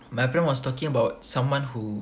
my friend was talking about someone who